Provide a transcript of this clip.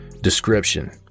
Description